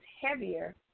heavier